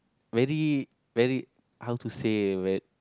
really really how to say